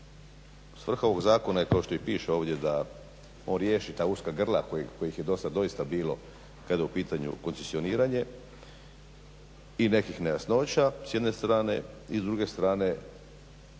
Svrha ovog zakona je kao što i piše da on riješi da uska grla kojih je do sada doista bilo kada je bilo u pitanju koncesioniranje i nekih nejasnoća s jedne strane i s druge strane